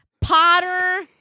Potter